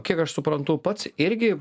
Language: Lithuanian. kiek aš suprantu pats irgi